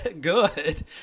good